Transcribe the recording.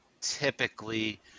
typically